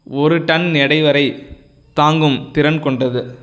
ஒரு டன் எடை வரை தாங்கும் திறன் கொண்டது